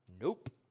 Nope